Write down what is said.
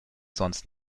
sonst